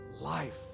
Life